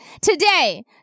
today